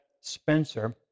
Spencer